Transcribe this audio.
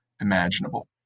imaginable